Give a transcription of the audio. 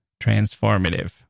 transformative